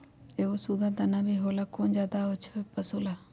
एगो सुधा दाना भी होला कौन ज्यादा अच्छा होई पशु ला?